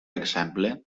exemple